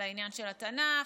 על העניין של התנ"ך,